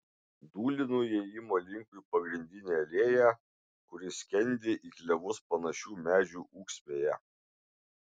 dūlinu įėjimo linkui pagrindine alėja kuri skendi į klevus panašių medžių ūksmėje